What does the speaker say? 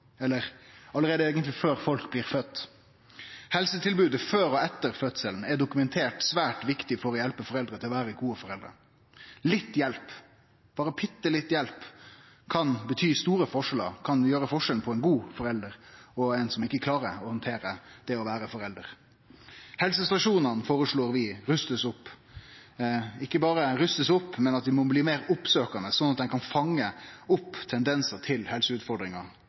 eller eigentleg før vi blir fødde. Helsetilbodet før og etter fødselen er dokumentert svært viktig for å hjelpe foreldre til å vere gode foreldre. Litt hjelp – berre bitte litt hjelp – kan bety store forskjellar, det kan utgjere forskjellen på ein god forelder og ein som ikkje klarer å handtere det å vere forelder. Helsestasjonane føreslår vi blir rusta opp, og ikkje berre rusta opp, dei må bli meir oppsøkjande, slik at dei kan fange opp tendensar til helseutfordringar